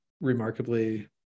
remarkably